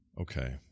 Okay